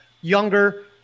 Younger